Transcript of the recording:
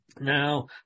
Now